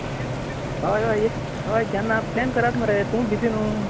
हय हय केन्ना प्लॅन करात मरे तूं बिजी न्हय